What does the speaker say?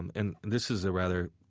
and and this is a rather,